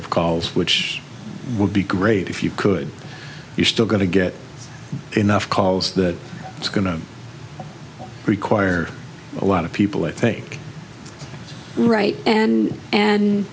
of calls which would be great if you could you still going to get enough calls that it's going to require a lot of people i think right and and